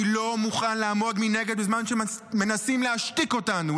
אני לא מוכן לעמוד מנגד בזמן שמנסים להשתיק אותנו,